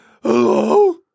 hello